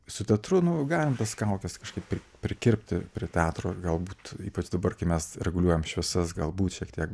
su teatru nu galim tas kaukes kažkaip prikirpti prie teatro ir galbūt ypač dabar kai mes reguliuojam šviesas galbūt šiek tiek